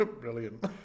Brilliant